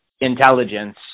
intelligence